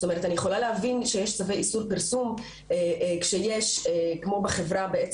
אני יכולה להבין שיש צווי איסור פרסום כשיש כמו בחברה,